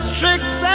tricks